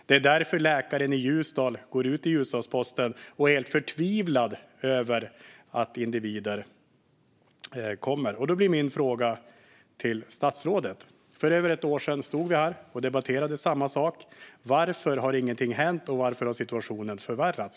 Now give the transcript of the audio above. Det är därför läkaren i Ljusdal går ut i Ljusdals-Posten och är helt förtvivlad. För över ett år sedan stod vi här och debatterade samma sak. Varför har ingenting hänt, statsrådet? Varför har situationen förvärrats?